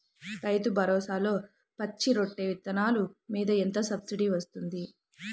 రైతు భరోసాలో పచ్చి రొట్టె విత్తనాలు మీద ఎంత సబ్సిడీ ఇస్తుంది?